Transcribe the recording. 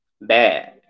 bad